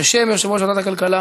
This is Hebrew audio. שישה תומכים,